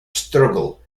struggle